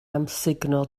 amsugno